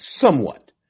somewhat